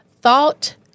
thought